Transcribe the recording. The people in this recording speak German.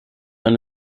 ein